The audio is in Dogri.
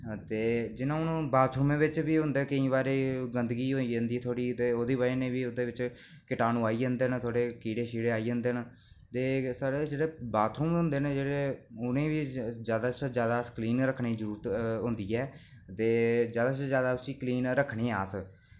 ते जि'यां हून बाथरूम बिच बी होंदा केईं बारी गंदगी होई जंदी थोह्ड़ी ते भी ओह्दे बिच किटाणु आई जंदे न थोह्ड़े की कीड़े आई जंदे न ते सर जेह्ड़े बाथरूम होंदे न जेह्ड़े ते उ'नेंगी बी जादै कोला जादै क्लीन रक्खने दी जरूरत होंदी ऐ ते जादै कशा जादै क्लीन रक्खने आं अस